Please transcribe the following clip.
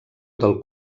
del